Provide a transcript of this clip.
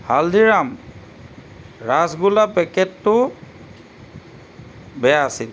হালদিৰাম ৰসগোল্লাৰ পেকেটটো বেয়া আছিল